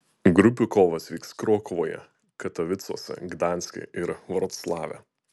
grupių kovos vyks krokuvoje katovicuose gdanske ir vroclave